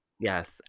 Yes